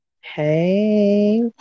hey